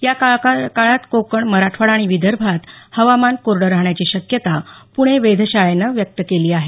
याकाळात कोकण मराठवाडा आणि विदर्भात हवामान कोरडं राहण्याची शक्यता पूणे वेधशाळेनं व्यक्त केली आहे